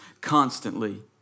constantly